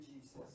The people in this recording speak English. Jesus